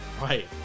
right